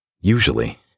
Usually